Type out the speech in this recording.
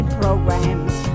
programs